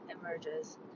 emerges